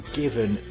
given